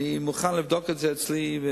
אני מוכן לבדוק את זה אצלי,